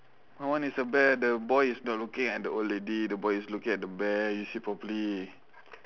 my one is a bear the boy is not looking at the old lady the boy is looking at the bear you see properly